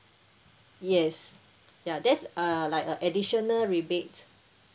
yes ya that's uh like a additional rebates